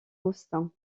austin